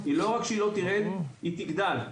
לא רק שהיא לא תרד, היא תגדל.